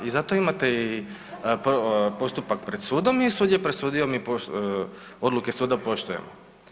Da i zato imate i postupak pred sudom i sud je presudio mi, odluke suda poštujem.